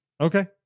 Okay